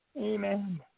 Amen